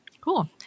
Cool